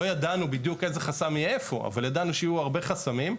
לא ידענו בדיוק איזה חסם יהיה איפה אבל ידענו שיהיו הרבה חסמים,